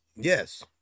Yes